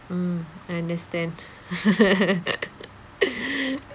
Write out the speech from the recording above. mm I understand